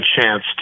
chance